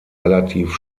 relativ